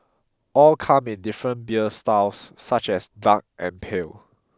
all come in different beer styles such as dark and pale